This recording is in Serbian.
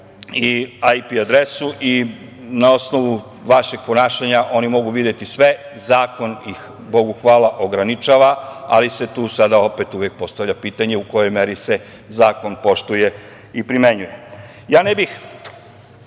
IP adresu i, na osnovu vašeg ponašanja, oni mogu videti sve. Zakon ih, Bogu hvala, ograničava, ali se tu opet postavlja pitanje - u kojoj meri se zakon poštuje i primenjuje? Ja ne bih